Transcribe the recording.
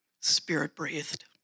spirit-breathed